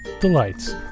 delights